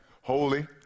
holy